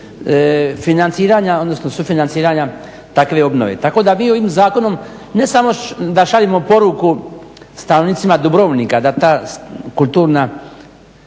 financiranja, odnosno sufinanciranja takve obnove. Tako da vi ovim zakonom ne samo da šaljemo poruku stanovnicima Dubrovnika da ta kulturna